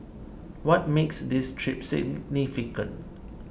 what makes this trip significant